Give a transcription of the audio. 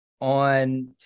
on